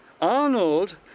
Arnold